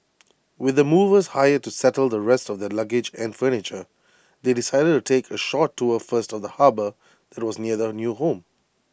with the movers hired to settle the rest of the luggage and furniture they decided to take A short tour first of the harbour that was near the new home